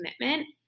commitment